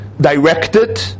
directed